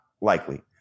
likely